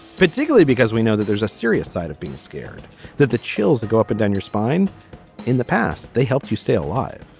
particularly because we know that there's a serious side of being scared that the chills that go up and down your spine in the past they helped you stay alive